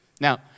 Now